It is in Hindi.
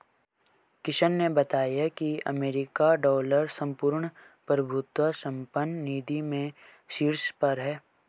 किशन ने बताया की अमेरिकी डॉलर संपूर्ण प्रभुत्व संपन्न निधि में शीर्ष पर है